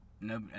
no